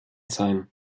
sein